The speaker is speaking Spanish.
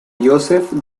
joseph